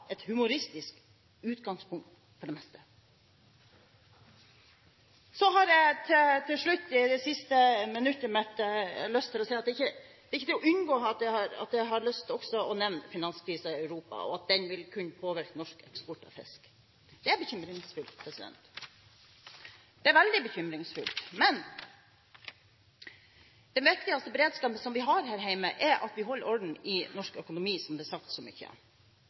et humoristisk utgangspunkt – for det meste. Så har jeg til slutt, i det siste minuttet av min taletid, lyst til å si at det er ikke til å unngå å nevne finanskrisen i Europa, og at den vil kunne påvirke norsk eksport av fisk. Det er bekymringsfullt – det er veldig bekymringsfullt. Men den viktigste beredskapen som vi har her hjemme, er at vi holder orden i norsk økonomi, som det er sagt mange ganger, sånn at vi ikke